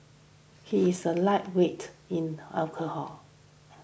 he is a lightweight in alcohol